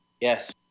yes